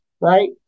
right